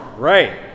Right